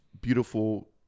beautiful